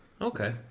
Okay